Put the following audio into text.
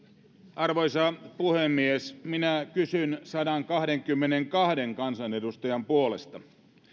arvoisa puhemies minä kysyn sadankahdenkymmenenkahden kansanedustajan puolesta